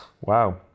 Wow